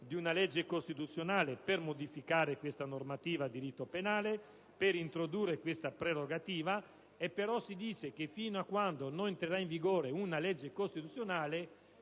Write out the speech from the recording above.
di una legge costituzionale per modificare questa normativa di diritto processuale penale, per introdurre questa prerogativa, e però si dice che fino a quando non entrerà in vigore una legge costituzionale